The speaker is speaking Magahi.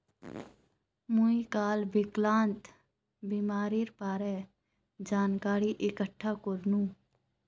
मी काल विकलांगता बीमार बारे जानकारी इकठ्ठा करनु